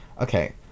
Okay